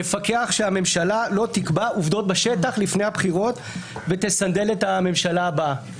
לפקח שהממשלה לא תקבע עובדות בשטח לפני הבחירות ותסנדל את הממשלה הבאה,